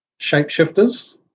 shapeshifters